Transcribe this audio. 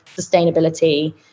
sustainability